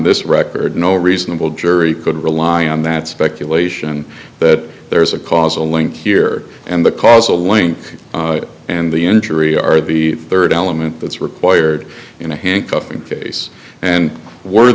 this record no reasonable jury could rely on that speculation that there is a causal link here and the causal link and the injury are the third element that's required in a handcuffing case and w